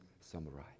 samurai